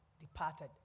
departed